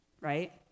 right